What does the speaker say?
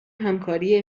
همکاری